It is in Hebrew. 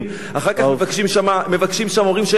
אחר כך מבקשים והם אומרים שאין כסף לקנות את מה שצריך.